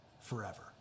forever